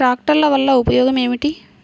ట్రాక్టర్ల వల్ల ఉపయోగం ఏమిటీ?